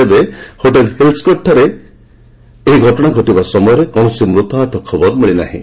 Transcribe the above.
ତେବେ hotel hill ସ୍କର୍ଟଠାରେ ଏହି ଘଟଣା ଘଟିବା ବେଳେ କୌଣସି ମୃତାହତ ଖବର ମିଳିନାହିଁ